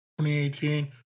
2018